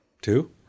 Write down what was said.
Two